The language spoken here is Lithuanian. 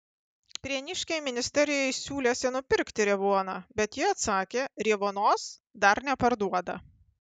prieniškiai ministerijai siūlėsi nupirkti revuoną bet ji atsakė revuonos dar neparduoda